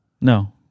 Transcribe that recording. No